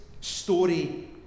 story